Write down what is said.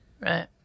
Right